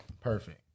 perfect